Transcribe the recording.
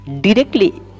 directly